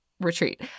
retreat